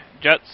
Jets